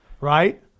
Right